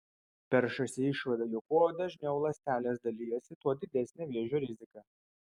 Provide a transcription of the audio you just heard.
peršasi išvada jog kuo dažniau ląstelės dalijasi tuo didesnė vėžio rizika